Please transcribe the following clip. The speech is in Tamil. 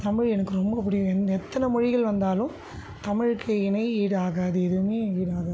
தமிழ் எனக்கு ரொம்ப பிடிக்கும் என்ன எத்தனை மொழிகள் வந்தாலும் தமிழுக்கு இணை ஈடாகாது எதுவுமே ஈடாகாது